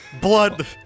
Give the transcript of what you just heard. blood